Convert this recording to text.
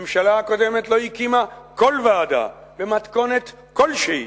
הממשלה הקודמת לא הקימה כל ועדה במתכונת כלשהי,